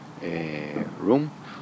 room